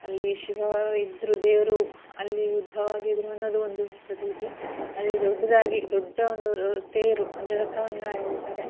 ಅಲ್ಲಿ ಶಿವ ಇದ್ರೂ ದೇವರು ಅಲ್ಲಿ ಉದ್ಭವವಾಗಿದ್ರು ಅನ್ನೋದು ಒಂದು ಪ್ರತೀತಿ ಅಲ್ಲಿ ದೊಡ್ಡದಾಗಿ ದೊಡ್ಡ ಒಂದು ತೇರು ಅಂದರೆ ರಥವನ್ನು ಎಳಿತಾರೆ